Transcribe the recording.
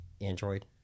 Android